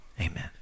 Amen